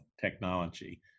technology